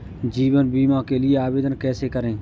जीवन बीमा के लिए आवेदन कैसे करें?